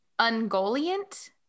ungoliant